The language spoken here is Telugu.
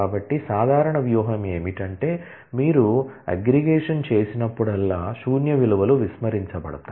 కాబట్టి సాధారణ వ్యూహం ఏమిటంటే మీరు అగ్రిగేషన్ చేసినప్పుడల్లా శూన్య విలువలు విస్మరించబడతాయి